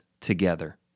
together